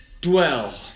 dwell